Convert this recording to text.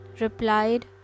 replied